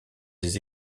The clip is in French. des